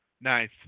Nice